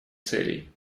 целей